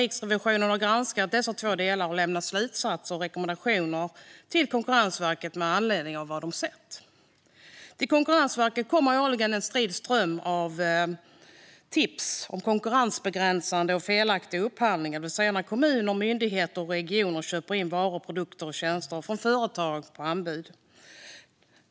Riksrevisionen har granskat dessa två delar och lämnat slutsatser och rekommendationer till Konkurrensverket med anledning av vad de sett. Till Konkurrensverket kommer årligen en strid ström av tips om konkurrensbegränsningar och felaktiga upphandlingar, det vill säga när kommuner, myndigheter och regioner köper in varor, produkter och tjänster från företag på anbud.